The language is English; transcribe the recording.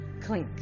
Clink